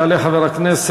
יעלה חבר הכנסת